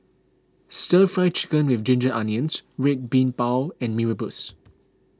Stir Fry Chicken with Ginger Onions Red Bean Bao and Mee Rebus